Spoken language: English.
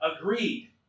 agreed